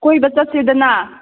ꯀꯣꯏꯕ ꯆꯠꯁꯤꯗꯅ